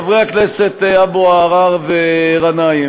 חברי הכנסת אבו עראר וגנאים,